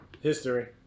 History